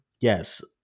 yes